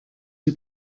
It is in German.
die